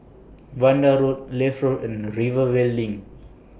Vanda Road Leith Road and Rivervale LINK